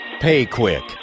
PayQuick